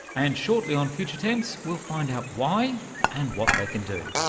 and shortly on future tense we'll find out why and what they can do.